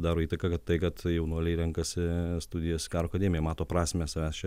daro įtaką kad tai kad jaunuoliai renkasi studijas karo akademijoj mato prasmę savęs čia